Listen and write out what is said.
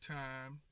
time